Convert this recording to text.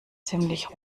ziemlich